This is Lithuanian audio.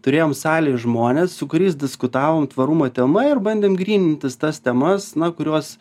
turėjom salėj žmones su kuriais diskutavom tvarumo tema ir bandėm grynintis tas temas na kurios